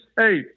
hey